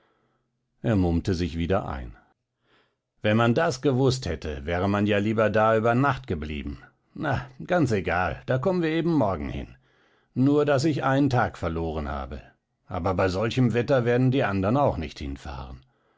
er mummte sich wieder ein wenn man das gewußt hätte wäre man ja lieber da über nacht geblieben na ganz egal dann kommen wir eben morgen hin nur daß ich einen tag verloren habe aber bei solchem wetter werden die andern auch nicht hinfahren